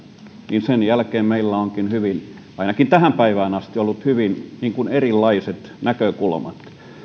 niin sen jälkeen meillä onkin ainakin tähän päivään asti ollut hyvin erilaiset näkökulmat